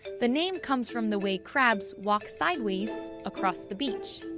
the name comes from the way crabs walk sideways across the beach.